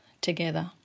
together